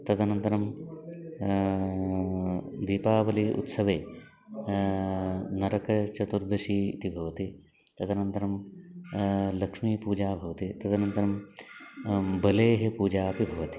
तदनन्तरं दीपावली उत्सवे नरकचतुर्दशी इति भवति तदनन्तरं लक्ष्मीपूजा भवति तदनन्तरं बलेः पूजा अपि भवति